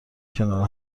کنار